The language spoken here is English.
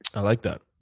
i like that,